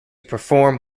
perform